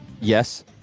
Yes